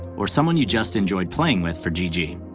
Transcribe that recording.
or someone you just enjoyed playing with for gg.